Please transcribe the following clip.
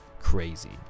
crazy